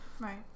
Right